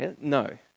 No